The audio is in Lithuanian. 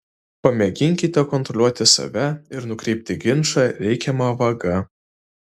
pamėginkite kontroliuoti save ir nukreipti ginčą reikiama vaga